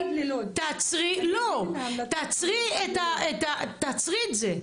תעצרי את זה.